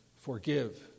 forgive